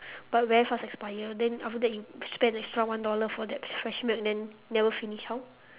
but very fast expire then after that you spend extra one dollar for that fresh milk then never finish how